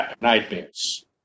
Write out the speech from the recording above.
nightmares